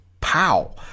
pow